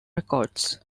records